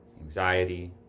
anxiety